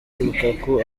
lukaku